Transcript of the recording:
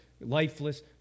lifeless